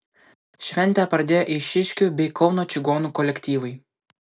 šventę pradėjo eišiškių bei kauno čigonų kolektyvai